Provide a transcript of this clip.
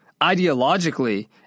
ideologically